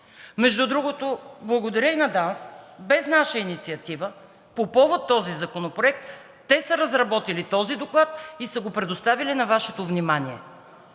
Между другото, благодаря и на ДАНС. Без наша инициатива по повод на този законопроект те са разработили доклада и са го предоставили на Вашето внимание,